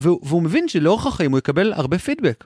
‫והוא מבין שלאורך החיים ‫הוא יקבל הרבה פידבק.